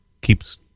Keeps